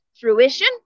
fruition